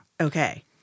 Okay